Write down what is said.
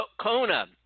Kona